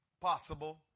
possible